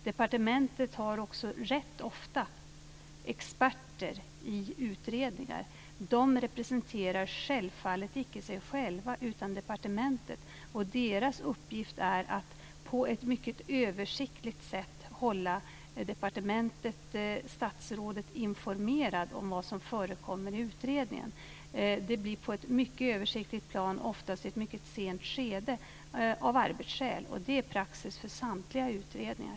Departementet har också rätt ofta experter i utredningar. De representerar självfallet icke sig själva utan departementet, och deras uppgift är att på ett mycket översiktligt sätt hålla departementet och statsrådet informerade om vad som förekommer i utredningen. Det blir av arbetsskäl på ett mycket översiktligt plan och oftast i ett mycket sent skede. Det är praxis för samtliga utredningar.